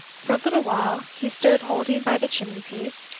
for a little while he stood holding by the chimney-piece,